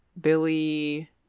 Billy